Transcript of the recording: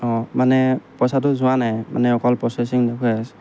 অঁ মানে পইচাটো যোৱা নাই মানে অকল প্ৰচেচিং দেখুৱাই আছে